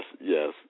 yes